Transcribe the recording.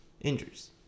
Injuries